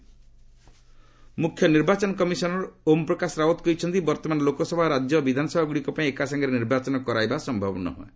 CEC ମୁଖ୍ୟ ନିର୍ବାଚନ commissioner Om Prakash Rawat କହିଛନ୍ତି ବର୍ତ୍ତମାନ ଲୋକସଭା ଓ ରାଜ୍ୟ ବିଧାନସଭାଗୁଡ଼ିକ ପାଇଁ ଏକାସାଙ୍ଗରେ ନିର୍ବାଚନ କରାଇବାର ସମ୍ଭାବନା ନାହିଁ